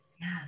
Yes